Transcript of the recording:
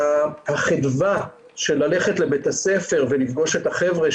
החדווה של ללכת לבית הספר ולפגוש את החבר'ה,